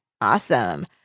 Awesome